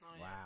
Wow